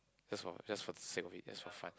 just for just for the sake of it just for fun